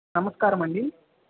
నమస్కారమండి